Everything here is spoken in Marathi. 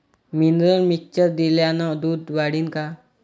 मिनरल मिक्चर दिल्यानं दूध वाढीनं का?